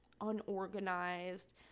unorganized